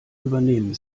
übernehmen